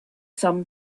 some